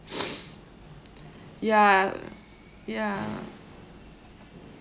ya ya